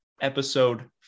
Episode